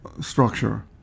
structure